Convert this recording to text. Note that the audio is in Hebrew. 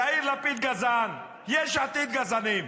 יאיר לפיד גזען, יש עתיד גזענים.